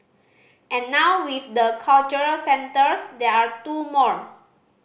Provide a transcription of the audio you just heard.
and now with the cultural centres there are two more